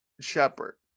shepherd